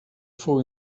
fou